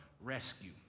rescue